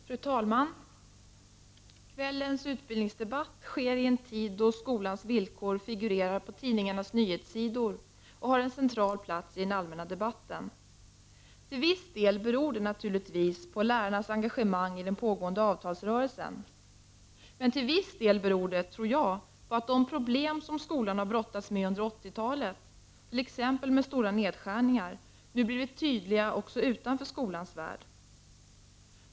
Fru talman! Kvällens utbildningsdebatt förs i en tid då skolans villkor figurerar på tidningarnas nyhetssidor och har en central plats i den allmänna debatten. Till viss del beror det naturligtvis på lärarnas engagemang i den pågående avtalsrörelsen. Men till viss del beror det, tror jag, på att de problem som skolan har brottats med under 80-talet, t.ex. med stora nedskärningar, nu blivit tydliga också utanför skolans värld.